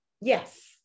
yes